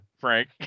Frank